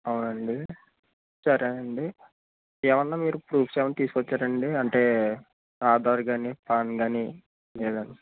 అవునాండి సరేనండి ఏమన్నా మీరు ప్రూఫ్స్ ఏమన్నా తీసుకొచ్చారండి అంటే ఆధార్ కానీ పాన్ కానీ లేదా